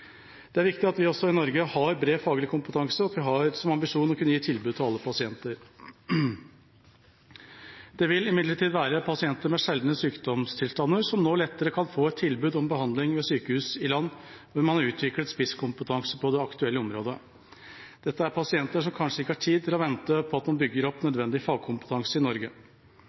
Det er viktig at vi også i Norge har bred faglig kompetanse, og at vi har som ambisjon å kunne gi tilbud til alle pasienter. Det vil imidlertid være pasienter med sjeldne sykdomstilstander som nå lettere kan få et tilbud om behandling ved sykehus i land hvor man har utviklet spisskompetanse på det aktuelle området. Dette er pasienter som kanskje ikke har tid til å vente på at man bygger opp nødvendig fagkompetanse i Norge.